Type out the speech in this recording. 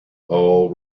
all